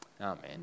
Amen